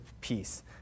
peace